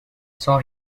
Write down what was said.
saw